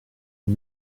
and